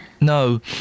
No